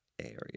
area